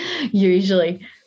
usually